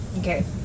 Okay